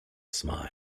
smile